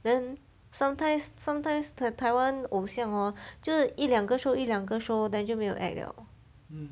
then sometimes sometimes the taiwan 偶像 hor 就一两个一两个 show then 就没有 act liao